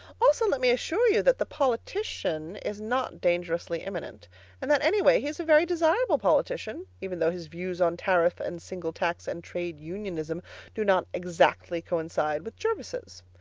also let me assure you that the politician is not dangerously imminent and that, anyway, he is a very desirable politician, even though his views on tariff and single tax and trade-unionism do not exactly coincide with jervis's.